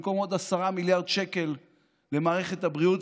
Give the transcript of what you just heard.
במקום עוד 10 מיליארד שקל למערכת הבריאות,